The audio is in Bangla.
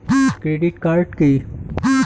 Credit card key?